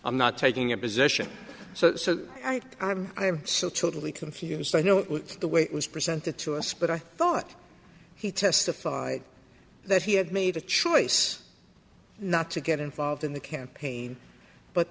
i'm not taking a position so i am i'm so totally confused i don't like the way it was presented to us but i thought he testified that he had made a choice not to get involved in the campaign but